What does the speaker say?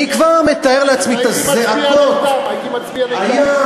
אני הייתי מצביע נגדם.